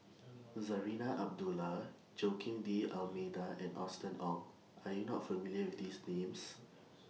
Zarinah Abdullah Joaquim D'almeida and Austen Ong Are YOU not familiar with These Names